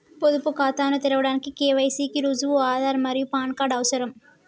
పొదుపు ఖాతాను తెరవడానికి కే.వై.సి కి రుజువుగా ఆధార్ మరియు పాన్ కార్డ్ అవసరం